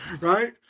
right